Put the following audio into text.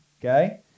Okay